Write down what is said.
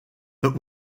but